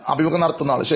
അഭിമുഖം നടത്തുന്നയാൾ ശരി